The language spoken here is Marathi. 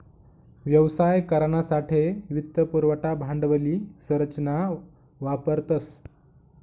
व्यवसाय करानासाठे वित्त पुरवठा भांडवली संरचना वापरतस